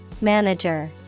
Manager